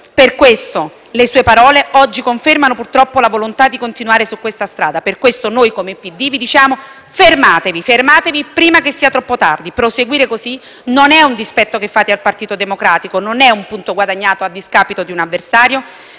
Per questo le sue parole, oggi, confermano purtroppo la volontà di continuare su questa strada e per questo noi, come PD, vi diciamo: fermatevi. Fermatevi prima che sia troppo tardi. Proseguire così non è un dispetto che fate al Partito Democratico, non è un punto guadagnato a discapito di un avversario